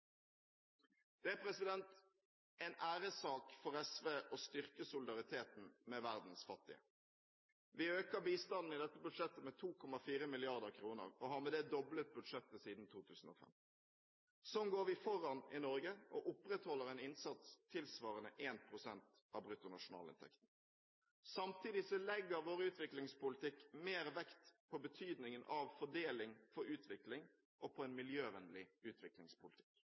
Det er en æressak for SV å styrke solidariteten med verdens fattige. Vi øker bistanden med 2,4 mrd. kr og har med det doblet budsjettet siden 2005. Slik går vi foran i Norge og opprettholder en innsats tilsvarende 1 pst. av bruttonasjonalinntekten, BNI. Samtidig legger vår utviklingspolitikk mer vekt på betydningen av fordeling for utvikling og på en miljøvennlig utviklingspolitikk.